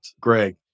Greg